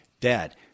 Dad